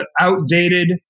outdated